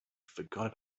forgot